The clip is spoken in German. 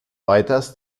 weiters